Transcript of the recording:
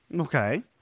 Okay